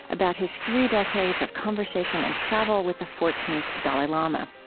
about his three decades of conversation and travel with the fourteenth dalai lama.